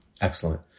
Excellent